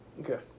Okay